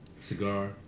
Cigar